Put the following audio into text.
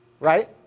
Right